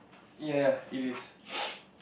ya ya it is